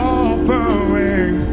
offering